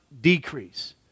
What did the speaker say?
decrease